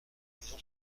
maison